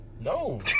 No